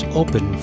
open